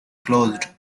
closed